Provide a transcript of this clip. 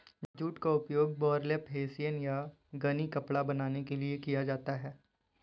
jute का उपयोग burlap hessian या गनी कपड़ा बनाने के लिए किया जाता है